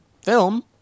film